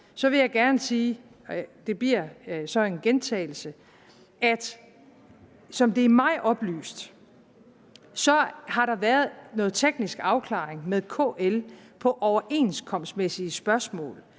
så en gentagelse – at som det er mig oplyst, har der været noget teknisk afklaring med KL i overenskomstmæssige spørgsmål,